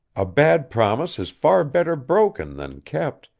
a bad promise is far better broken than kept,